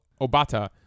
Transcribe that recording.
Obata